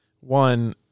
one